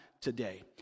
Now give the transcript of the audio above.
today